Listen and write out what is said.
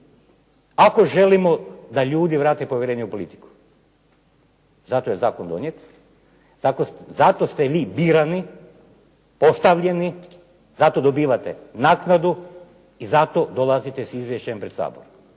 ako želimo da ljudi vrate povjerenje u politiku. Zato je zakon donijet, zato ste vi birani, postavljeni, zato dobivate naknadu i zato dolazite s izvješćem pred Sabor.